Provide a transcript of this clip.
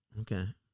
okay